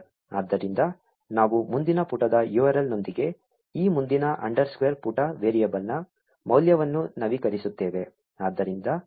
ಆದ್ದರಿಂದ ನಾವು ಮುಂದಿನ ಪುಟದ URL ನೊಂದಿಗೆ ಈ ಮುಂದಿನ ಅಂಡರ್ಸ್ಕೋರ್ ಪುಟ ವೇರಿಯಬಲ್ನ ಮೌಲ್ಯವನ್ನು ನವೀಕರಿಸುತ್ತೇವೆ